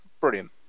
brilliant